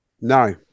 No